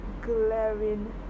glaring